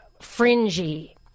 fringy